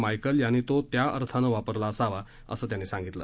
Michael यांनी तो त्या अर्थानं वापरला असावा असं त्यांनी सांगितलं